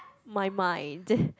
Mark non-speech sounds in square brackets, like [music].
mine mine [breath]